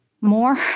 more